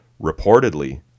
Reportedly